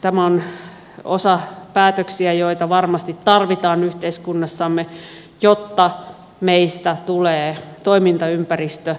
tämä on osa päätöksiä joita varmasti tarvitaan yhteiskunnassamme jotta meistä tulee toimintaympäristö